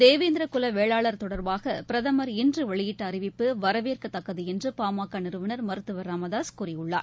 தேவேந்திர குல வேளாளர் தொடர்பாக பிரதமர் இன்று வெளியிட்ட அறிவிப்பு வரவேற்கத்தக்கது என்று பாமக நிறுவனர் மருத்துவர் ச ராமதாசு கூறியுள்ளார்